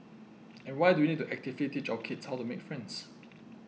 and why do we need to actively drop kids how to make friends